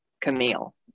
Camille